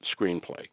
screenplay